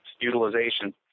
utilization